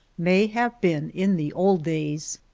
may have been in the old days.